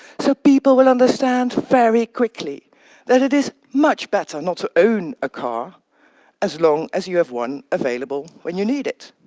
so people will understand very quickly that it is much better not to own a car as long as you have one available when you need it.